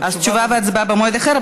אז תשובה והצבעה במועד אחר,